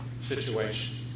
situation